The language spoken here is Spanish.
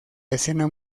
escena